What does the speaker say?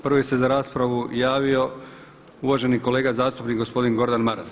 Prvi se za raspravu javio uvaženi kolega zastupnik gospodin Gordan Maras.